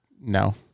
No